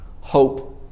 hope